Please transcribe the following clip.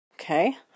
Okay